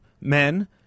Men